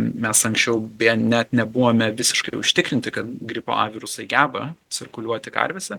mes anksčiau beje net nebuvome visiškai užtikrinti kad gripo a virusai geba cirkuliuoti karvėse